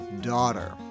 daughter